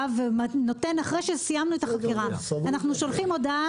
ונותן אחרי שסיימנו את החקירה אנחנו שולחים הודעה